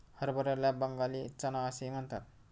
हरभऱ्याला बंगाली चना असेही म्हणतात